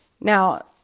Now